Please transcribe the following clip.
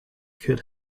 could